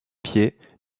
pied